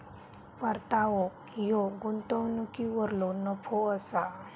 परतावो ह्यो गुंतवणुकीवरलो नफो असा